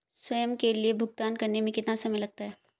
स्वयं के लिए भुगतान करने में कितना समय लगता है?